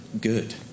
good